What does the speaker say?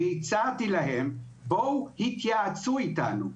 והצעתי להם: בואו התייעצו אתנו.